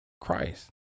Christ